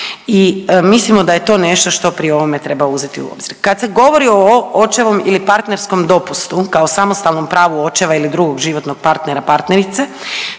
i mislimo da je to nešto što pri ovome treba uzeti u obzir. Kad se govori o očevom ili partnerskom dopustu kao samostalnom pravu očeva ili drugog životnog partnera, partnerice